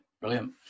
brilliant